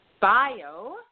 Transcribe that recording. bio